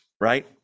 right